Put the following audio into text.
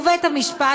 ובית-המשפט,